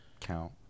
count